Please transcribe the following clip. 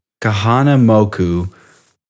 Kahanamoku